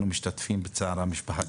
אנחנו משתתפים בצער המשפחה.